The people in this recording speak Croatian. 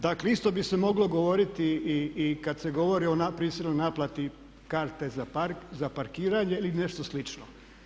Dakle isto bi se moglo govoriti i kada se govori o prisilnoj naplati karte za parkiranje ili nešto slično.